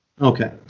Okay